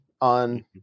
on